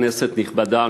כנסת נכבדה,